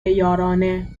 یارانه